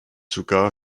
sogar